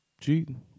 cheating